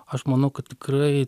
aš manau kad tikrai